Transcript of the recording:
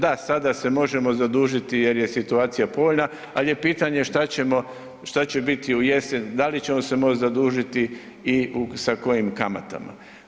Da, sada se možemo zadužiti jer je situacija povoljna, al je pitanje šta ćemo, šta će biti u jesen, da li ćemo se moć zadužiti i sa kojim kamatama.